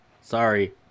sorry